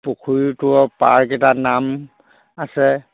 পুখুৰীটোৰ পাৰ কেইটাৰ নাম আছে